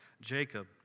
Jacob